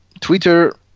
Twitter